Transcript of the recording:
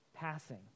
passing